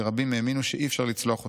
שרבים האמינו שאי-אפשר לצלוח אותם.